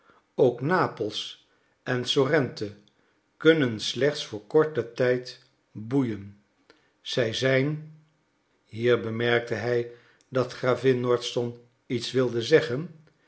ook napels en sorrente kunnen slechts voor korten tijd boeien zij zijn hier bemerkte hij dat gravin nordston iets wilde zeggen